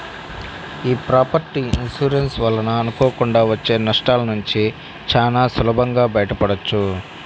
యీ property insurance వలన అనుకోకుండా వచ్చే నష్టాలనుంచి చానా సులభంగా బయటపడొచ్చు